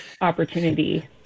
opportunity